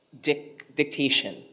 dictation